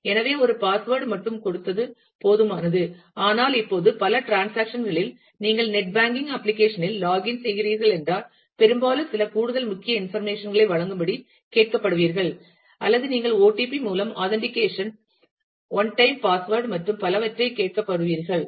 எனவே ஒரு பாஸ்வேர்டு மட்டும் கொடுத்தது போதுமானது ஆனால் இப்போது பல ட்ரான்ஸ்சாக்ஷன் களில் நீங்கள் நெட் பேங்கிங் அப்ளிகேஷன் இல் லாகிங் செய்கிறீர்கள் என்றால் பெரும்பாலும் சில கூடுதல் முக்கிய இன்ஃபர்மேஷன் களை வழங்கும்படி கேட்கப்படுவீர்கள் அல்லது நீங்கள் OTP மூலம் ஆதன்றிகேசன் ஒன் டைம் பாஸ்வேர்டு மற்றும் பலவற்றை கேட்கப்படுவீர்கள்